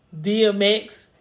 DMX